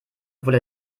obwohl